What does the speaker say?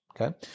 okay